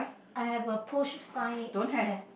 I have a push sign there